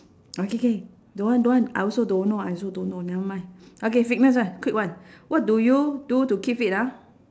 okay K don't want don't want I also don't know I also don't know nevermind okay fitness ah quick one what do you do to keep fit ah